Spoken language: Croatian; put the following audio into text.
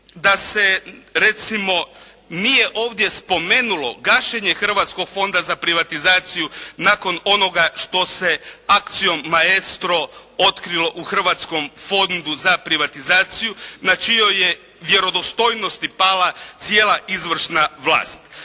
da se recimo nije ovdje spomenulo gašenje Hrvatskog fonda za privatizaciju nakon onoga što se akcijom «Maestro» otkrilo u Hrvatskom fondu za privatizaciju na čijoj je vjerodostojnosti pala cijela izvršna vlast.